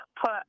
put